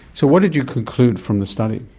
so what did you conclude from the study?